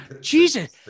Jesus